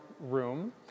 room